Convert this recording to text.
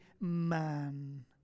man